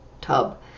tub